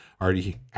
already